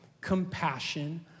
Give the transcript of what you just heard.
compassion